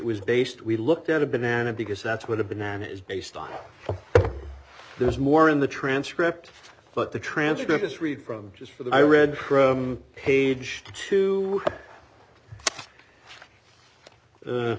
was based we looked at a banana because that's what a banana is based on there is more in the transcript but the transcript is read from just for that i read from page to